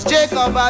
Jacob